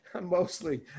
mostly